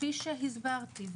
כפי שהסברתי.